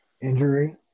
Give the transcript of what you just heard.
injury